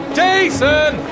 Jason